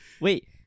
Wait